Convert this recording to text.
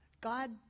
God